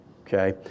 okay